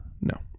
No